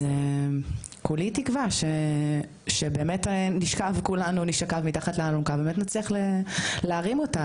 אז כולי תקווה שכולנו נשכב מתחת לאלונקה ובאמת נצליח להרים אותה,